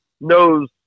knows